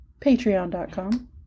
Patreon.com